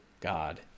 God